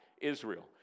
Israel